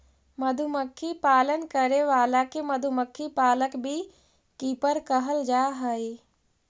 मधुमक्खी पालन करे वाला के मधुमक्खी पालक बी कीपर कहल जा हइ